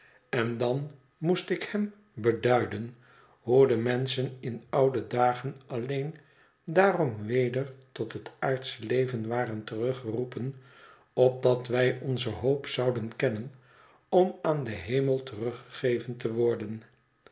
en dan moest ik hem beduiden hoe de menschen in oude dagen alleen daarom weder tot het aardsche leven waren teruggeroepen opdat wij onze hoop zouden kennen om aan den hemel teruggegeven te worden